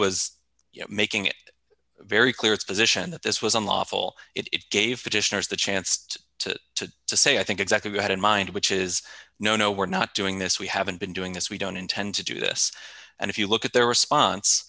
was making it very clear its position that this was unlawful it gave petitioners the chanced to to to say i think exactly we had in mind which is no no we're not doing this we haven't been doing this we don't intend to do this and if you look at their response